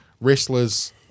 wrestlers